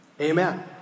Amen